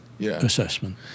assessment